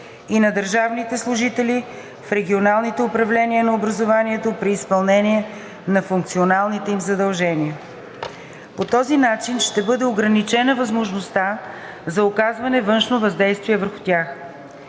и на държавните служители в регионалните управления на образованието при изпълнение на функционалните им задължения. По този начин ще бъде ограничена възможността за оказване на външно въздействие върху тях.